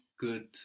Good